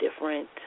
different